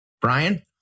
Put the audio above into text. Brian